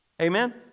Amen